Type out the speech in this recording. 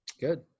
good